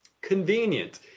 Convenient